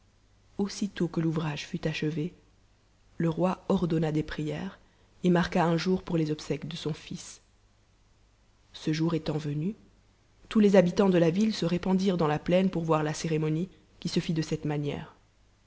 aussitôt que l'ouvrage fut achevé le roi ordonna des prières et marqua un jour pour les obsèques de son fils ce jour étant venu tous les habitants de la ville se répandirent dans la plaine pour voir la cérémonie qui se fit de cette manière